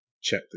check